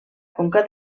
conca